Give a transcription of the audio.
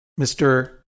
Mr